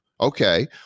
okay